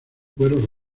cuero